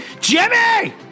Jimmy